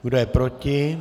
Kdo je proti?